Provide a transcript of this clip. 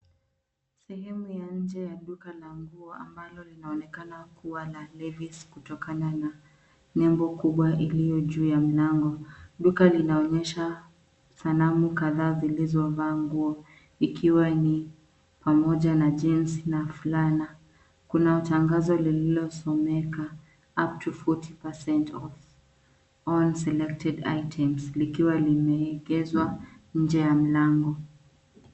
Sehemu ya nje ya duka la nguo ambalo linaonekana kuwa la Levis kutokana na nembo kubwa iliyo juu ya mlango. Duka linaonyesha sanamu kadhaa zilizovaa nguo ikiwa ni pamoja na jeans na fulana. Kuna tangazo lililosomeka up to 40% off on selected items likiwa limeegezwa nje ya mlango.